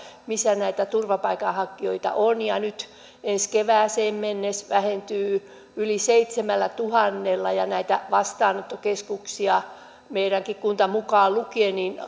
missä näitä turvapaikanhakijoita on nyt ensi kevääseen mennessä vähentyy yli seitsemällätuhannella ja näitä vastaanottokeskuksia meidänkin kunta mukaan lukien